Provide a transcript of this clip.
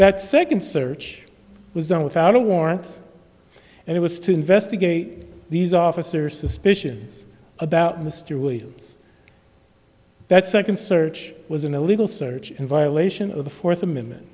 that second search was done without a warrant and it was to investigate these officers suspicions about mr williams that second search was an illegal search in violation of the fourth amendment